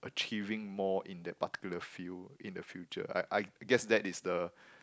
achieving more in that particular field in the future I I guess that is the